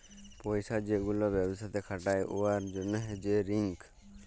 পইসা যে গুলা ব্যবসাতে খাটায় উয়ার জ্যনহে যে রিস্ক